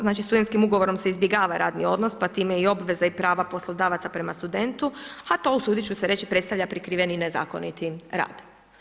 Znači studentskim ugovorom se izbjegava radni odnos pa time i obveza i prava poslodavaca prema studentu, a to usudit ću se reći predstavlja prikriven i nezakonit rad.